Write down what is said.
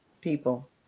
people